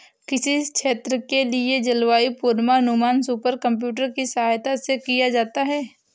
किसी क्षेत्र के लिए जलवायु पूर्वानुमान सुपर कंप्यूटर की सहायता से किया जाता है